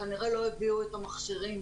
וכנראה לא הביאו את המכשירים.